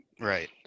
Right